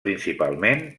principalment